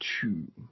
two